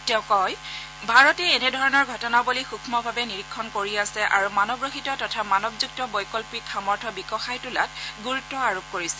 তেওঁ কয় যে ভাৰতে এনেধৰণৰ ঘটনাৱলী সুস্মভাৱে নিৰীক্ষণ কৰি আছে আৰু মানৱৰহিত তথা মানৱযুক্ত বৈকল্পিক সামৰ্থ বিকশায় তোলাত গুৰুত্ব আৰোপ কৰিছে